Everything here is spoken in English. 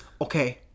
Okay